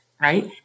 right